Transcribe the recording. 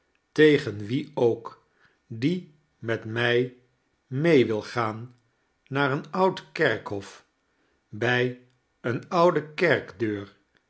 tegen wien ook die met mij mee wil gaan naar een oud kerkhof bij eene oude kerkdeur